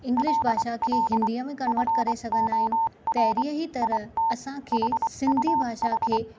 English भाषा खे हिंदीअ में कंवर्ट करे सघंदा आहियूं तहड़ीअ ई तरह असां खे सिंधी भाषा खे